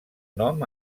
nom